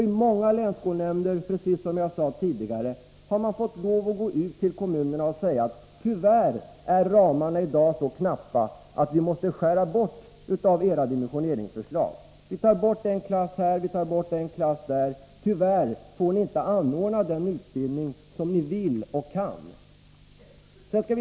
Som jag sade tidigare har många länsskolnämnder fått lov att gå ut till kommunerna och säga att ramarna i dag tyvärr är så knappa att de måste skära bort en del av kommunernas dimensioneringsförslag. Man tar bort en klass här och en klass där. Länsskolnämnderna får säga till kommunerna att de tyvärr inte får anordna den utbildning som de vill och kan anordna.